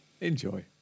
enjoy